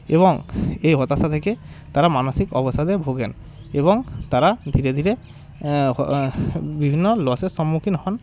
এবং এই হতাশা থেকে তারা মানসিক অবসাদে ভোগেন এবং তারা ধীরে ধীরে বিভিন্ন লসের সম্মুখীন হন